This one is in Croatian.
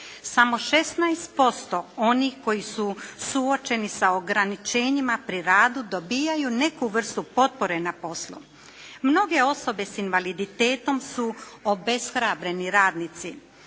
Samo 16% onih koji su suočeni sa ograničenjima pri radu dobijaju neku vrstu potpore na poslu. Mnoge osobe s invaliditetom su obeshrabreni radnici